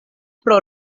pro